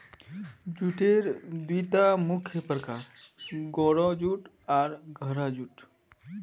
जूटेर दिता मुख्य प्रकार, गोरो जूट आर गहरा जूट